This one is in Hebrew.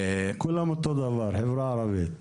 כולם אותו הדבר חברה ערבית.